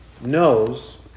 knows